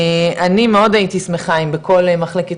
אני מאוד הייתי שמחה אם בכל מחלקת